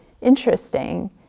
interesting